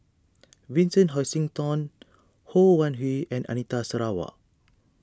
Vincent Hoisington Ho Wan Hui and Anita Sarawak